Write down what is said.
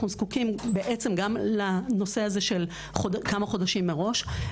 אנחנו זקוקים גם לנושא של כמה חודשים מראש.